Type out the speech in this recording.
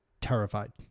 terrified